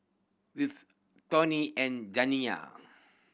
Whit Toni and Janiya